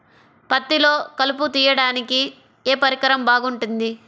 పత్తిలో కలుపు తీయడానికి ఏ పరికరం బాగుంటుంది?